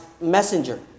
messenger